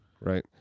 right